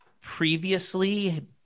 previously